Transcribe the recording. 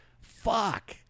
fuck